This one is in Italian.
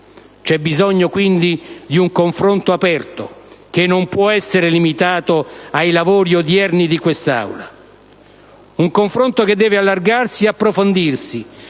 C'è bisogno quindi di un confronto aperto che non può essere limitato ai lavori odierni di quest'Aula. Un confronto che deve allargarsi ed approfondirsi,